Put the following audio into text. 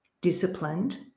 disciplined